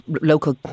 local